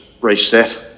reset